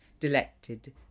delected